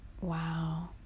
wow